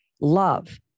love